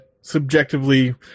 subjectively